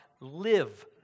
live